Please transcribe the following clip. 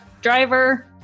driver